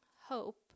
hope